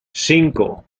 cinco